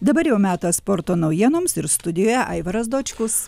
dabar jau metas sporto naujienoms ir studijoje aivaras dočkus